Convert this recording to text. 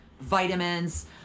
vitamins